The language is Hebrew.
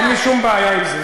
אין לי שום בעיה עם זה,